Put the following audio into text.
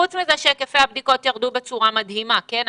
חוץ מזה שהיקפי הבדיקות ירדו בצורה מדהימה, כן?